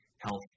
health